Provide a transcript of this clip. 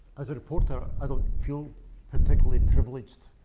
as a reporter, i don't feel particularly privileged.